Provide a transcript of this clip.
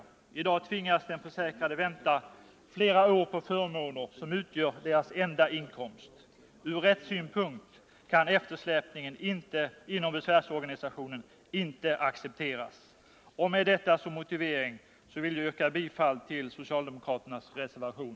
I dag tvingas de försäkrade vänta flera år på förmåner som utgör deras enda inkomst. Ur rättssynpunkt kan eftersläpningen inom besvärsorganisationerna inte accepteras. Med denna motivering vill jag yrka bifall till socialdemokraternas reservation.